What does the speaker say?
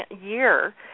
year